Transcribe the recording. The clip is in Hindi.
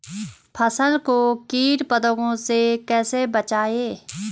फसल को कीट पतंगों से कैसे बचाएं?